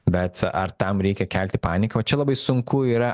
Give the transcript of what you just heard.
bet ar tam reikia kelti paniką vat čia labai sunku yra